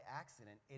accident